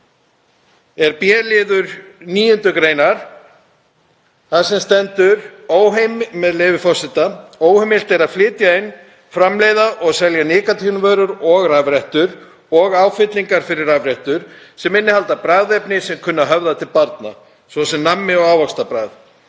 er b-liður 9. gr., það sem stendur, með leyfi forseta: „Óheimilt er flytja inn, framleiða og selja nikótínvörur og rafrettur og áfyllingar fyrir rafrettur sem innihalda bragðefni sem kunna að höfða til barna, svo sem nammi- og ávaxtabragð.